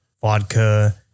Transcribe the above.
vodka